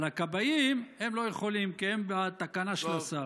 אבל הכבאים, הם לא יכולים, כי הם בתקנה של השר.